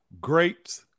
Great